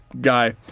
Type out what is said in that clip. guy